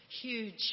huge